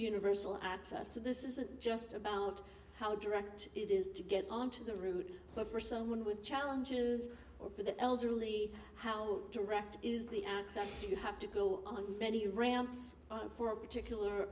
universal access to this isn't just about how direct it is to get onto the route but for someone with challenges or for the elderly how direct is the access do you have to go on many ramps for a particular